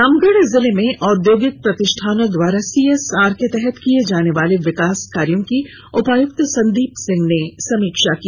रामगढ़ जिले में औद्योगिक प्रतिष्ठानों द्वारा सीएसआर के तहत किये जाने वाले विकास कार्यों की उपायक्त संदीप सिंह ने समीक्षा की